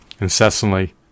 incessantly